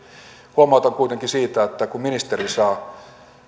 huomautan kuitenkin siitä että kun ministeri saa